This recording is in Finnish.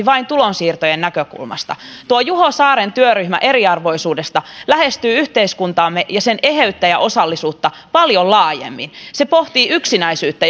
vain tulonsiirtojen näkökulmasta tuo juho saaren työryhmä eriarvoisuudesta lähestyy yhteiskuntaamme ja sen eheyttä ja osallisuutta paljon laajemmin se pohtii yksinäisyyttä